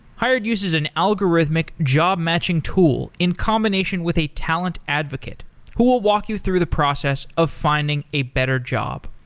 hired uses an algorithmic job-matching tool in combination with a talent advocate who will walk you through the process of finding a better job.